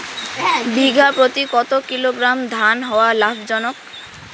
বিঘা প্রতি কতো কিলোগ্রাম ধান হওয়া লাভজনক?